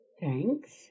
Thanks